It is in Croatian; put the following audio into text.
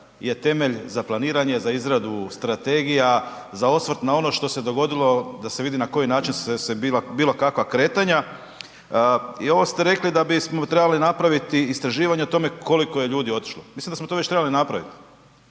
je temelj za planiranje, za izradu strategija, za osvrt na ono što se dogodilo da se vidi na koji su bila bilo kakva kretanja i ovo ste rekli da bismo trebali napraviti istraživanja o tome koliko je ljudi otišlo. Mislim da smo to već trebali napraviti.